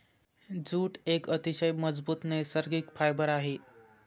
jute एक अतिशय मजबूत नैसर्गिक फायबर आहे